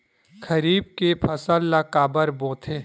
खरीफ के फसल ला काबर बोथे?